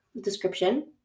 description